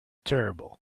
terrible